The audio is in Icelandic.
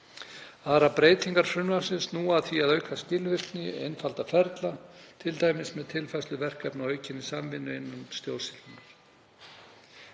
Aðrar breytingar frumvarpsins snúa að því að auka skilvirkni, einfalda ferla, t.d. með tilfærslu verkefna og aukinni samvinnu innan stjórnsýslunnar.